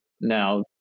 now